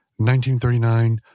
1939